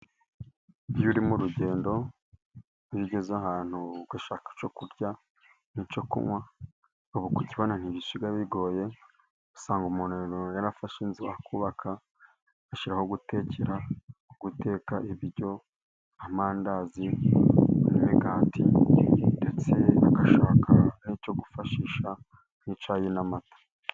Iyo uri mu rugendo, iyo ugeze ahantu ugashaka icyo kurya n'icyo kunywa, ubu kukibona ntibisigaye bigoye, usanga umuntu yarafashe inzu akubaka, ashyira aho gutekera, guteka ibiryo, amandazi n'imigati, ndetse agashaka n'icyo gufashisha nk'cyayi n'amata.